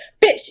Bitch